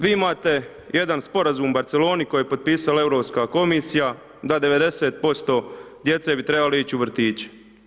Vi imate jedan sporazum u Barceloni koji je potpisala Europska komisija, da 90% djece bi trebale ići u vrtiće.